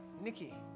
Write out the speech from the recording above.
Nikki